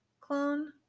clone